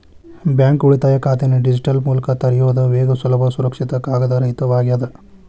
bank ಉಳಿತಾಯ ಖಾತೆನ digital ಮೂಲಕ ತೆರಿಯೋದ್ ವೇಗ ಸುಲಭ ಸುರಕ್ಷಿತ ಕಾಗದರಹಿತವಾಗ್ಯದ